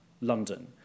London